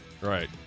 Right